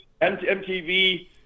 MTV